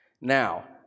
Now